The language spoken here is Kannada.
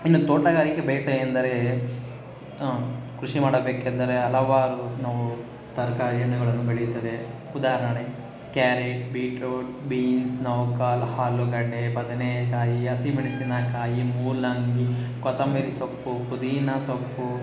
ಇನ್ನು ತೋಟಗಾರಿಕೆ ಬೇಸಾಯ ಎಂದರೆ ಕೃಷಿ ಮಾಡಬೇಕೆಂದರೆ ಹಲವಾರು ನಾವು ತರಕಾರಿ ಹಣ್ಣುಗಳನ್ನು ಬೆಳೆಯುತ್ತವೆ ಉದಾಹರಣೆ ಕ್ಯಾರೇಟ್ ಬೀಟ್ರೋಟ್ ಬೀನ್ಸ್ ನೌಕಾಲ್ ಹಾಲುಗಡ್ಡೆ ಬದನೇಕಾಯಿ ಹಸಿ ಮೆಣಸಿನಕಾಯಿ ಮೂಲಂಗಿ ಕೊತ್ತಂಬರಿ ಸೊಪ್ಪು ಪುದಿನ ಸೊಪ್ಪು